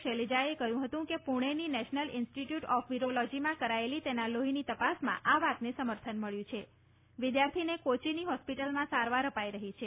શૈલજાએ કહ્યું હતું કે પૂણેની નેશનલ ઇન્સ્ટીટયુટ ઓફ વીરોલોજીમાં કરાયેલી તેના લોહીની તપાસમાં આ વાતને સમર્થન મળ્યું છે વિદ્યાર્થીને કોચીની હોસ્પિટલમાં સારવાર અપાઇ રહી છે